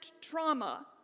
trauma